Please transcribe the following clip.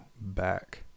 back